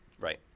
Right